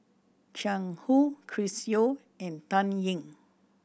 Jiang Hu Chris Yeo and Dan Ying